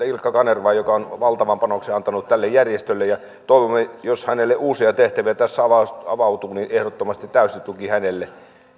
ilkka kanervaa joka on valtavan panoksen antanut tälle järjestölle toivomme jos hänelle uusia tehtäviä tässä avautuu avautuu ehdottomasti täyttä tukea hänelle